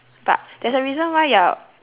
but there's a reason why you're